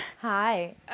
Hi